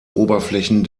oberflächen